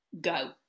go